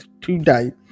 today